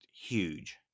huge